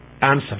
Answer